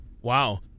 Wow